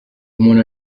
umuntu